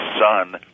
son